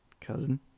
cousin